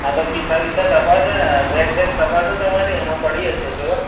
હા તો ખિસ્સા બિસ્સા તપાસો બેગ વેગ તપાસો તમારી એમાં પડી હશે જુઓ